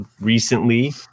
recently